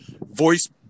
Voice